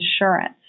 insurance